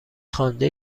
خوانده